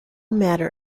matter